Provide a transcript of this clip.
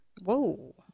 Whoa